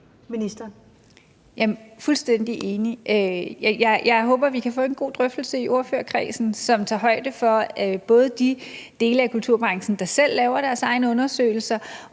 Mogensen): Jeg er fuldstændig enig. Jeg håber, at vi kan få en god drøftelse i ordførerkredsen, som tager højde for de dele af kulturbranchen, der selv laver deres egne undersøgelser,